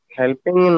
helping